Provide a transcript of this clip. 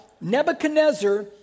Nebuchadnezzar